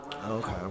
okay